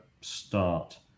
start